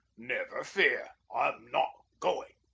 never fear, i'm not going.